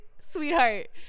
sweetheart